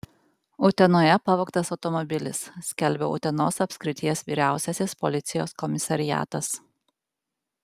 utenoje pavogtas automobilis skelbia utenos apskrities vyriausiasis policijos komisariatas